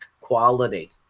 quality